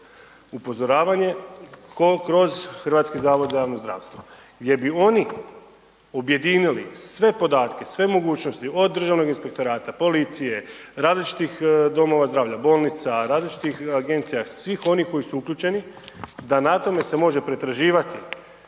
upozoravanje, kroz Hrvatski zavod za javno zdravstvo. Gdje bi oni objedinili sve podatke, sve mogućnosti, od državnog inspektora, policije, različitih domova zdravlja, bolnica, različitih agencija svih onih koji su uključeni, da na tome se može pretraživati